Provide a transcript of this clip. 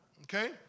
Okay